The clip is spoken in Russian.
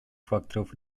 факторов